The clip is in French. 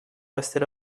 rester